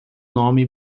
nome